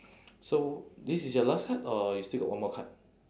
so this is your last card or you still got one more card